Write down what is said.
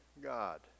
God